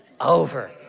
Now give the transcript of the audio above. over